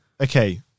okay